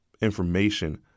information